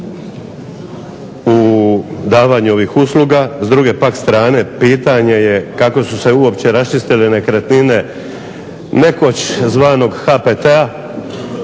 u davanju ovih usluga, a s druge pak strane pitanje je kako su se raščistile nekretnine nekoć zvanog HPT-a